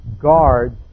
guards